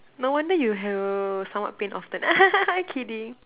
no wonder you have stomach pain often kidding